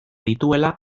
dituela